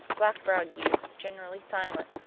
black-browed youth generally silent,